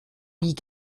wie